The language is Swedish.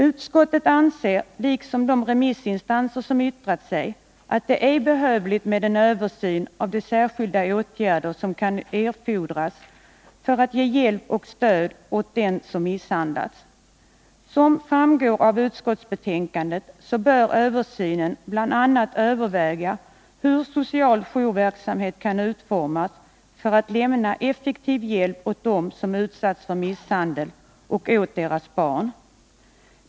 Utskottet anser, liksom de remissinstanser som yttrat sig, att det är behövligt med en översyn av de särskilda åtgärder som kan erfordras för att ge hjälp och stöd åt den som misshandlats. Som framgår av utskottsbetänkandet bör översynen bl.a. överväga hur social jourverksamhet kan utformas för att lämna effektiv hjälp åt dem som utsatts för misshandel och åt deras barn.